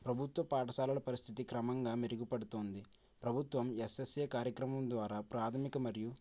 ప్రభుత్వ పాఠశాలల పరిస్థితి క్రమంగా మెరుగుపడుతోంది ప్రభుత్వం ఎస్ఎస్ఏ కార్యక్రమం ద్వారా ప్రాథమిక మరియు